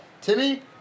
Timmy